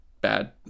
bad